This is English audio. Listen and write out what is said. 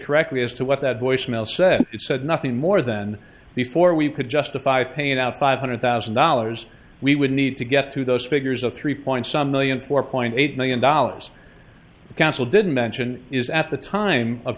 correctly as to what that voice mail said it said nothing more than before we could justify paying out five hundred thousand dollars we would need to get to those figures of three point some million four point eight million dollars counsel didn't mention is at the time of